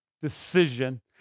decision